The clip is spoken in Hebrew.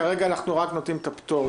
כרגע אנחנו רק נותנים את הפטור.